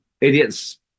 idiots